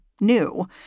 new